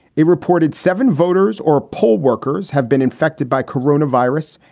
a reported seven voters or poll workers have been infected by corona virus.